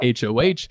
HOH